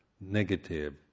negative